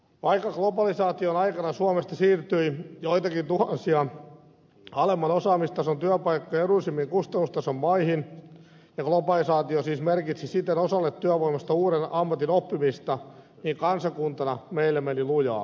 vaikka globalisaation aikana suomesta siirtyi joitakin tuhansia alemman osaamistason työpaikkoja edullisemman kustannustason maihin ja globalisaatio siis merkitsi siten osalle työvoimasta uuden ammatin oppimista niin kansakuntana meillä meni lujaa